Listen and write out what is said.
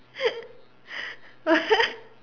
what